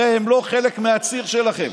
הרי הם לא חלק מהציר שלכם,